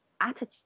attitude